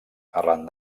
arran